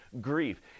grief